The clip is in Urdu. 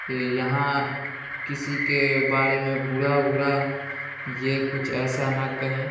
یہاں کسی کے بارے میں برا برا یہ کچھ ایسا نہ کہیں